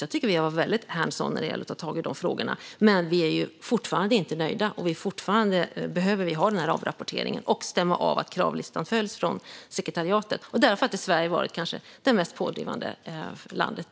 Jag tycker att vi har varit väldigt hands-on när det gäller att ta tag i de frågorna. Men vi är fortfarande inte nöjda, och vi behöver fortfarande ha den här avrapporteringen och stämma av att kravlistan följs från sekretariatet. I de frågorna har Sverige faktiskt varit det kanske mest pådrivande landet.